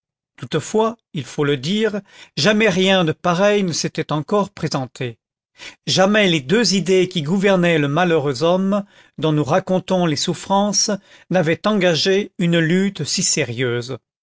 toutefois il faut le dire jamais rien de pareil ne s'était encore présenté jamais les deux idées qui gouvernaient le malheureux homme dont nous racontons les souffrances n'avaient engagé une lutte si sérieuse